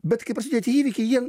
bet kai prasidėjo tie įvykiai jie